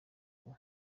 ubu